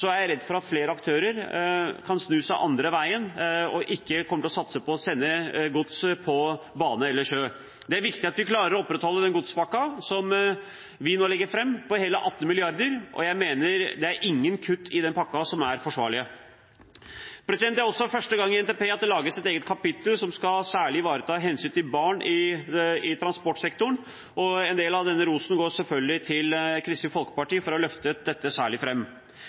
jeg redd for at flere aktører kan snu seg den andre veien og ikke kommer til å satse på å sende gods på bane eller sjø. Det er viktig at vi klarer å opprettholde den godspakken som vi nå legger fram, på hele 18 mrd. kr, og jeg mener ingen kutt i den pakken er forsvarlige. Det er også første gang at det i NTP lages et eget kapittel som særlig skal ivareta hensynet til barn i transportsektoren. En del av denne rosen går selvfølgelig til Kristelig Folkeparti for å ha løftet dette særlig